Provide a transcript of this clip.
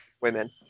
Women